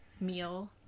meal